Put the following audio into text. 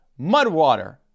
Mudwater